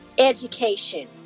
education